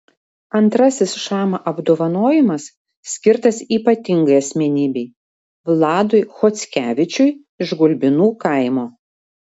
antrasis šama apdovanojimas skirtas ypatingai asmenybei vladui chockevičiui iš gulbinų kaimo